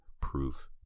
proof